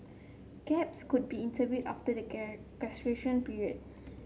gaps could be interviewed after the period